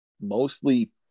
mostly